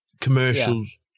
commercials